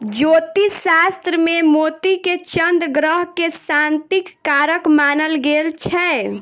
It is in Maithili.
ज्योतिष शास्त्र मे मोती के चन्द्र ग्रह के शांतिक कारक मानल गेल छै